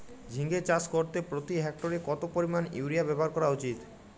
ঝিঙে চাষ করতে প্রতি হেক্টরে কত পরিমান ইউরিয়া ব্যবহার করা উচিৎ?